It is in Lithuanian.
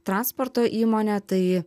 transporto įmonė tai